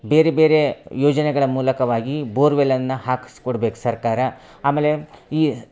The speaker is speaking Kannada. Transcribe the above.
ಬೇರೆ ಬೇರೆ ಯೋಜನೆಗಳ ಮೂಲಕವಾಗಿ ಬೋರ್ವೆಲನ್ನು ಹಾಕ್ಸಿ ಕೊಡ್ಬೇಕು ಸರ್ಕಾರ ಆಮೇಲೆ ಈ